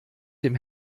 dem